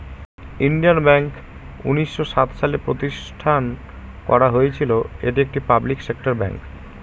Indian Bank উনিশশো সাত সালে প্রতিষ্ঠান করা হয়েছিল এটি একটি পাবলিক সেক্টর ব্যাঙ্ক